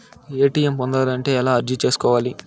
ATM పొందాలంటే ఎలా అర్జీ సేసుకోవాలి?